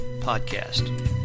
podcast